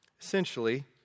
essentially